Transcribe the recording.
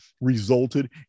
resulted